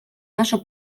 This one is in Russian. наше